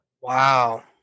Wow